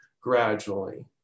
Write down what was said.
gradually